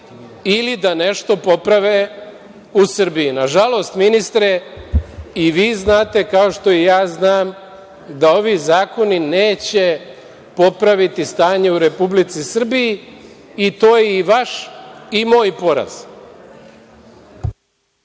ili da nešto poprave u Srbiji? Nažalost, ministre, i vi znate kao što i ja znam da ovi zakoni neće popraviti stanje u Republici Srbiji i to je i vaš i moj poraz.